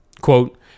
Quote